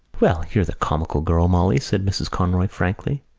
well, you're the comical girl, molly, said mrs. conroy frankly.